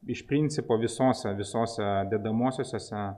iš principo visose visose dedamosiosiose